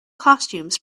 costumes